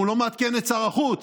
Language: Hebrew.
הוא לא מעדכן את שר החוץ,